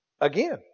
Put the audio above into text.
again